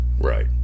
Right